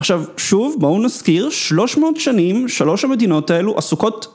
עכשיו שוב בואו נזכיר שלוש מאות שנים שלוש המדינות האלו עסוקות